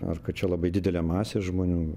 ar kad čia labai didelė masė žmonių